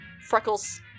Freckles